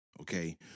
okay